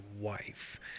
wife